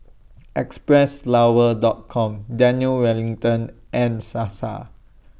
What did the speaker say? Xpressflower Dot Com Daniel Wellington and Sasa